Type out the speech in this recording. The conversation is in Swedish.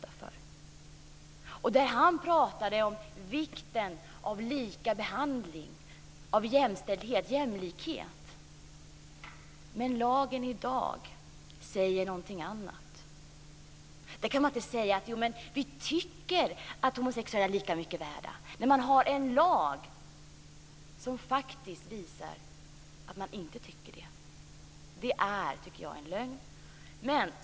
Göran Persson talade om vikten av likabehandling, jämställdhet och jämlikhet, men lagen i dag säger någonting annat. Man kan inte säga att homosexuella är lika mycket värda när det finns en lag som faktiskt visar att det inte är så. Det är en lögn.